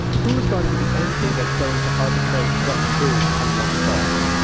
who is going to be the entity that's going to arbitrate what's true and what's false?